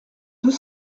deux